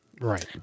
Right